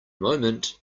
moment